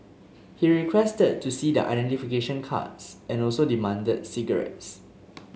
he requested to see their identification cards and also demanded cigarettes